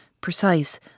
precise